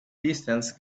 distance